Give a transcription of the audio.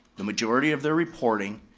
the majority of their reporting,